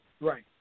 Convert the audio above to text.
Right